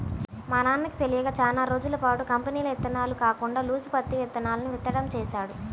మా నాన్నకి తెలియక చానా రోజులపాటు కంపెనీల ఇత్తనాలు కాకుండా లూజు పత్తి ఇత్తనాలను విత్తడం చేశాడు